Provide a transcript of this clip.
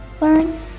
learn